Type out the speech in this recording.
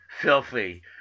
filthy